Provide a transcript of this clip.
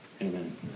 Amen